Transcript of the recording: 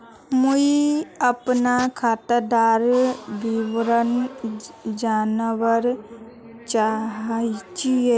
मुई अपना खातादार विवरण जानवा चाहची?